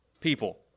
people